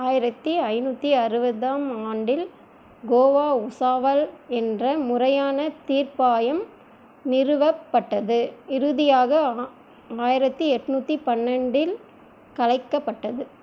ஆயிரத்தி ஐநூற்றி அறுபதாம் ஆண்டில் கோவா உசாவல் என்ற முறையான தீர்ப்பாயம் நிறுவப்பட்டது இறுதியாக ஆயிரத்தி எண்நூத்தி பன்னெண்டில் கலைக்கப்பட்டது